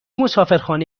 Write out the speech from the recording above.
مسافرخانه